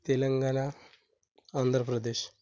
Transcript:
Telangana Andhra Pradesh